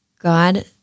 God